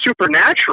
supernatural